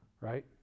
right